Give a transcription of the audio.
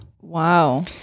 Wow